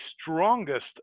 strongest